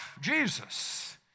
Jesus